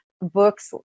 books